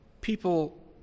People